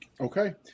Okay